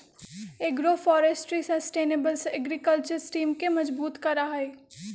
agroforestry sustainable agriculture system के मजबूत करा हई